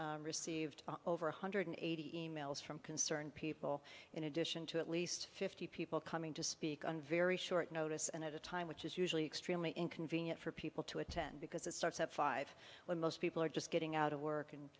it received over one hundred eighty e mails from concerned people in addition to at least fifty people coming to speak on very short notice and at a time which is usually extremely inconvenient for people to attend because it starts at five when most people are just getting out of work and